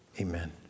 Amen